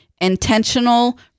intentional